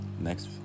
Next